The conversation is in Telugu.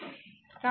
కాబట్టి 2